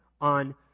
on